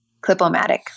Clip-O-Matic